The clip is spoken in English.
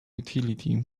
utility